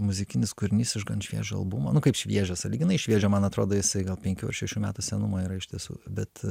muzikinis kūrinys iš gan šviežio albumo nu kaip šviežias sąlyginai šviežio man atrodo jisai gak penkių ar šešių metų senumo yra iš tiesų bet